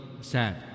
sad